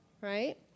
right